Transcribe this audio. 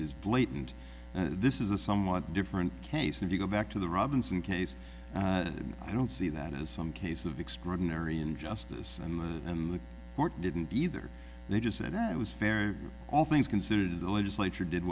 is blatant this is a somewhat different case if you go back to the robinson case i don't see that as some case of extraordinary injustice and and the court didn't either they just said it was fair all things considered the legislature did